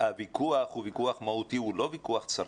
הוויכוח הוא מהותי ולא צרכני,